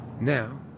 Now